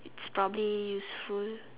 it's probably useful